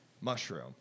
mushroom